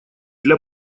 для